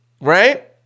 right